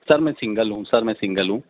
سر میں سنگل ہوں سر میں سنگل ہوں